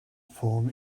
form